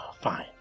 fine